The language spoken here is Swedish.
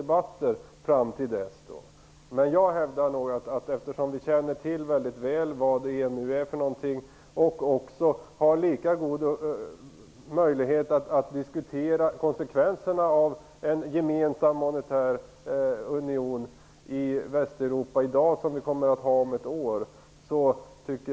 Jag tycker att vi ihärdigt skall föra den här debatten, eftersom vi väl känner till vad EMU är och har lika god möjlighet att diskutera konsekvenserna av en gemensam monetär union i Västeuropa i dag som vi kommer att ha om ett år.